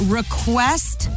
request